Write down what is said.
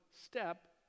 step